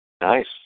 Nice